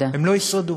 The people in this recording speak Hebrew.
הם לא ישרדו.